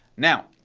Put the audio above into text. now,